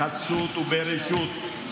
בחסות וברשות,